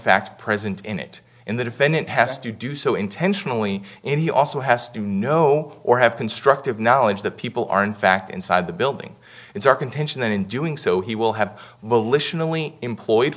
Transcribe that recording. fact present in it in the defendant has to do so intentionally and he also has to know or have constructive knowledge that people are in fact inside the building it's our contention that in doing so he will have